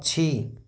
पक्षी